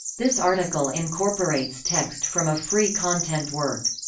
this article incorporates text from a free content work.